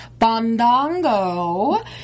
Bondongo